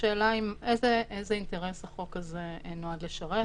השאלה היא איזה אינטרס החוק הזה נועד לשרת.